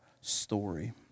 story